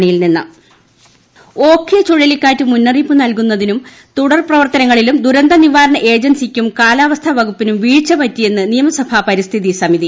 ഓഖി നിയമസഭാ സമിതി ഓഖി ചുഴലിക്കാറ്റ് മുന്നറിയിപ്പ് നൽകുന്നതിലും തുടർ പ്രവർത്തനങ്ങളിലും ദുരന്ത നിവാരണ ഏജൻസിക്കും കാലാവസ്ഥാ വകുപ്പിനും വീഴ്ച പറ്റിയെന്ന് നിയമസഭാ പരിസ്ഥിതി സമിതി